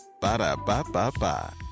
Ba-da-ba-ba-ba